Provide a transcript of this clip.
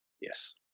Yes